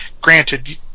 Granted